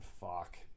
fuck